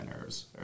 nerves